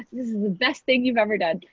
this is the best thing you've ever done.